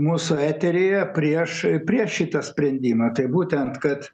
mūsų eteryje prieš prieš šitą sprendimą tai būtent kad